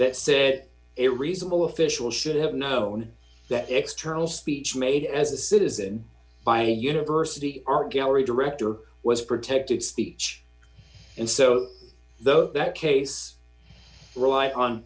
that said it reasonable official should have known that external speech made as a citizen by a university art gallery director was protected speech and so though that case rely on